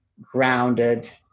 grounded